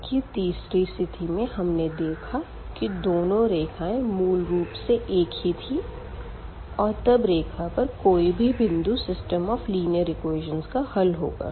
जब कि तीसरी स्थिति में हमने देखा कि दोनों रेखाएं मूलरूप से एक ही थी और तब रेखा पर कोई भी बिंदु सिस्टम ऑफ लीनियर इक्वेशन का हल होगा